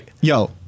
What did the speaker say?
Yo